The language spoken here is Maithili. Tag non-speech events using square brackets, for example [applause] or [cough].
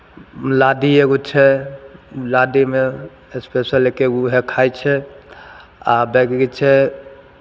नादी एगो छै नादीमे इसपेशल एक्के गो उएह खाइ छै आ [unintelligible] भी छै